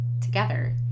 together